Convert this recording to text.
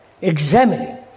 examining